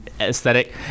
aesthetic